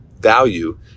value